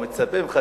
ומצפה ממך,